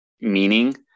meaning